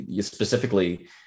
Specifically